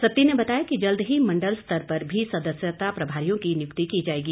सत्ती ने बताया कि जल्द ही मंडल स्तर पर भी सदस्यता प्रभारियों की नियुक्ति की जाएगी